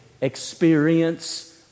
experience